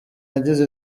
yagize